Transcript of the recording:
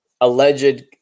alleged